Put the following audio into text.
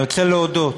אני רוצה להודות,